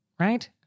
right